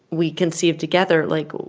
we conceived together, like,